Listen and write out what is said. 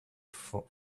front